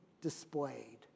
displayed